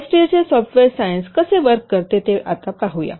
हॉलस्टिडचे software science कसे work करते ते आता पाहूया